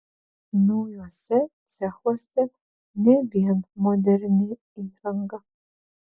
naujuose cechuose ne vien moderni įranga